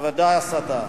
בוודאי הסתה.